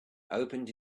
opened